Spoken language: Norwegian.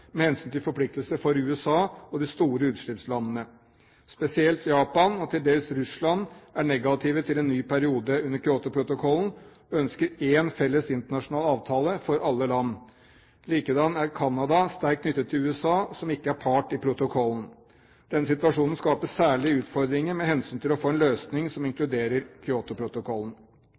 med hensyn til forpliktelser for USA og de store utslippslandene. Spesielt Japan og til dels Russland er negative til en ny periode under Kyotoprotokollen, og ønsker én felles internasjonal avtale for alle land. Likedan er Canada sterkt knyttet til USA, som ikke er part i protokollen. Den situasjonen skaper særlige utfordringer med hensyn til å få en løsning som inkluderer